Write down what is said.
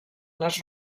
les